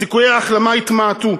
סיכויי ההחלמה התמעטו.